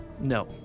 No